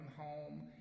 home